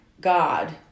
God